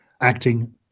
acting